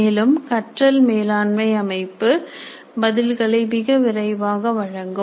மேலும் கற்றல் மேலாண்மை அமைப்பு பதில்களை மிக விரைவாக வழங்கும்